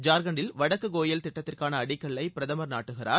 ஜார்கண்டில் வடக்கு கோயல் திட்டத்திற்கான அடிக்கல்லை பிரதமர் நாட்டுகிறார்